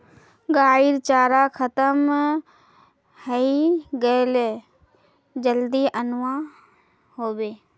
गाइर चारा खत्म हइ गेले जल्दी अनवा ह बे